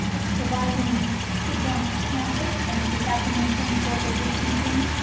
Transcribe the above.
providing kids on so campus, and if we have to maintain social distancing,